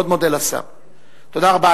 תודה רבה.